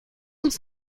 uns